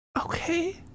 Okay